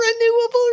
renewable